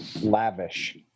Lavish